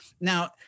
Now